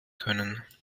können